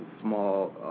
small